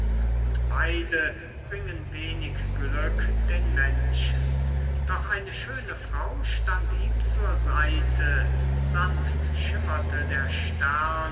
und beide bringen wenig glück den menschen doch eine schöne frau stand ihm zur seite sanft schimmerte der stern